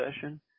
session